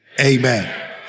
Amen